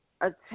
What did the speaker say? attack